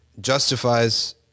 justifies